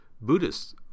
Buddhist